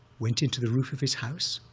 went into the roof of his house,